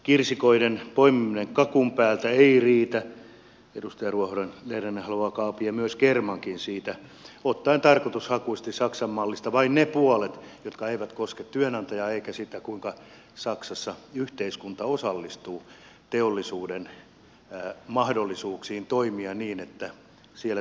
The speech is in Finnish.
kirsikoiden poimiminen kakun päältä ei riitä edustaja ruohonen lerner haluaa kaapia myös kermankin siitä ottaen tarkoitushakuisesti saksan mallista vain ne puolet jotka eivät koske työnantajaa eivätkä sitä kuinka saksassa yhteiskunta osallistuu teollisuuden mahdollisuuksiin toimia niin että siellä teollisuus säilyy